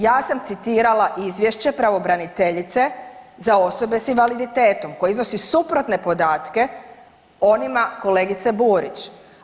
Ja sam citirala izvješće pravobraniteljice za osobe s invaliditetom koji iznosi suprotne podatke onima kolegice Burić.